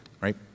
Right